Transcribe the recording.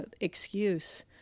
excuse